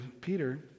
Peter